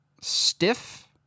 stiff